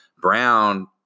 Brown